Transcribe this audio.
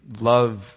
love